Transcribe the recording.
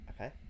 Okay